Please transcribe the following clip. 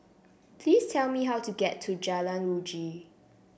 please tell me how to get to Jalan Uji